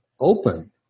open